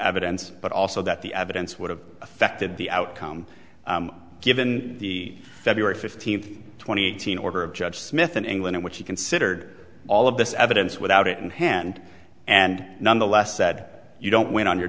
evidence but also that the evidence would have affected the outcome given the february fifteenth twenty thousand order of judge smith in england in which he considered all of this evidence without it in hand and nonetheless said you don't win on your